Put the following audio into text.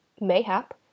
Mayhap